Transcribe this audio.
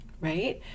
Right